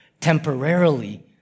temporarily